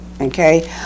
Okay